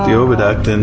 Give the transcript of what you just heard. yeah oviduct. and